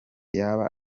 yaba